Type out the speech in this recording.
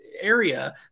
area